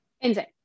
Insane